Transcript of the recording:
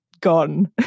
gone